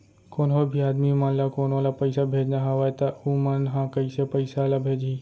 कोन्हों भी आदमी मन ला कोनो ला पइसा भेजना हवय त उ मन ह कइसे पइसा ला भेजही?